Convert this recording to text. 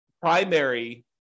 primary